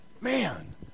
Man